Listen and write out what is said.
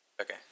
Okay